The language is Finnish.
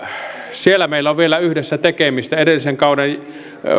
siellä meillä on vielä yhdessä tekemistä edellisen kauden